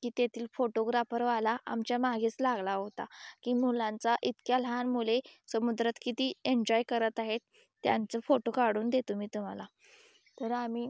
की तेथील फोटोग्राफरवाला आमच्या मागेच लागला होता की मुलांचा इतक्या लहान मुले समुद्रात किती एंजॉय करत आहेत त्यांचे फोटो काढून देतो मी तुम्हाला तर आम्ही